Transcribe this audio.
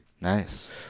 Nice